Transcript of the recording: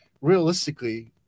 realistically